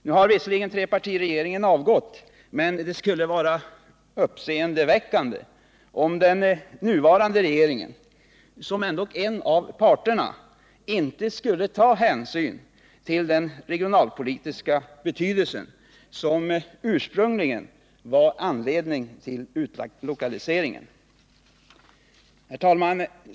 Nu har visserligen trepartiregeringen avgått, men det skulle vara uppseendeväckande om den nuvarande regeringen, som ändock var representerad i den gamla, inte skulle ta hänsyn till den regionalpolitiska betydelse som ursprungligen var anledningen till utlokaliseringen. Herr talman!